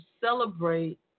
celebrate